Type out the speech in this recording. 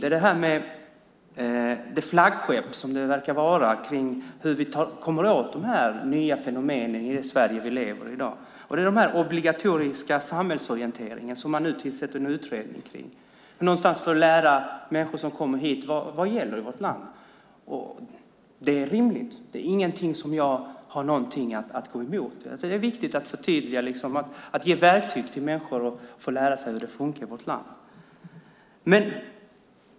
Det gäller det flaggskepp som det verkar vara avseende hur vi kommer åt dessa nya fenomen i det Sverige vi i dag lever i, den obligatoriska samhällsorienteringen, som det nu tillsatts en utredning om. Människor som kommer hit får lära sig vad som gäller i vårt land. Det är rimligt, det är ingenting som jag har någonting emot. Det är viktigt att förtydliga och ge människor verktyg för att lära sig hur det funkar i vårt land.